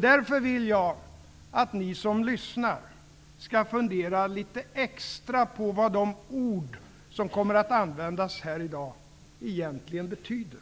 Därför vill jag att ni som lyssnar skall fundera lite extra på vad de ord som kommer att användas här i dag egentligen betyder.